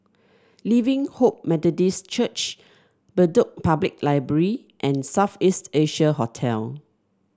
Living Hope Methodist Church Bedok Public Library and South East Asia Hotel